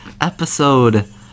episode